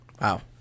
Wow